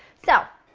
so,